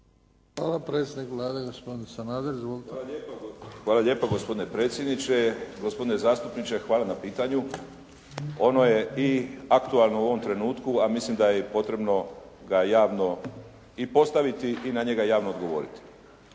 Ivo (HDZ)** Hvala lijepa gospodine predsjedniče. Gospodine zastupniče hvala na pitanju. Ono je i aktualno u ovom trenutku, a mislim da je i potrebno ga javno i postaviti i na njega javno odgovoriti.